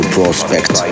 Prospect